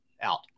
out